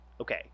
Okay